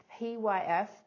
PYF